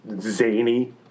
zany